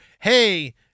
hey